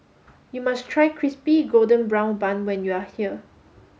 you must try crispy golden brown bun when you are here